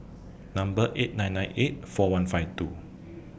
Number eight nine nine eight four one five two